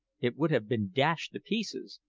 it would have been dashed to pieces,